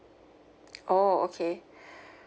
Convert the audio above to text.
orh okay